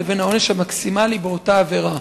לבין העונש המקסימלי באותה עבירה?